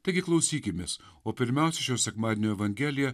taigi klausykimės o pirmiausia šio sekmadienio evangelija